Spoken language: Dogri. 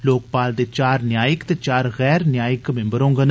लोकपाल दे चार न्यायिक ते चार गैर न्यायिक मिम्बर होगंन